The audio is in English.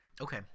Okay